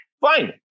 fine